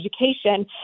education